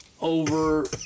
over